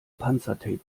panzertape